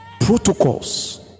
Protocols